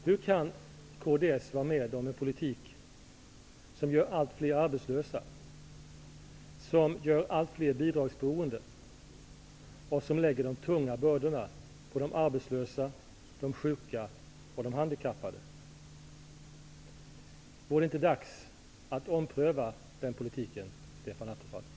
Hur kan kds vara med om en politik som gör allt fler arbetslösa, som gör allt fler bidragsberoende och som lägger de tunga bördorna på de arbetslösa, de sjuka och de handikappade? Är det inte dags att ompröva den politiken, Stefan Attefall?